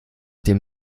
dem